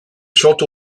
chante